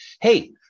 hey